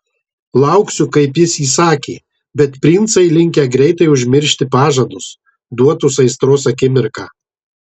lauksiu kaip jis įsakė bet princai linkę greitai užmiršti pažadus duotus aistros akimirką